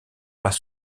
pas